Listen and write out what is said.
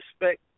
respect